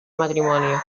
matrimonio